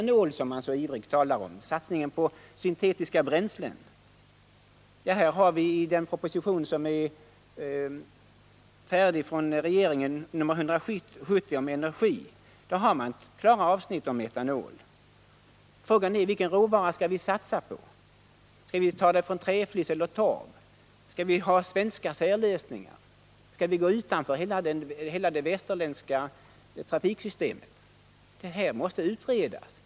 När det gäller metanol och satsningen på syntetiska bränslen, som Kurt Hugosson så ivrigt talar om, finns det i proposition nr 170 om energiförsörjningen, som nu ligger färdig, avsnitt om metanol. Frågan är vilken råvara vi skall satsa på. Skall det vara träflis eller torv? Skall vi ha svenska särlösningar? Skall vi gå utanför hela det västerländska trafiksystemet? Det här måste utredas.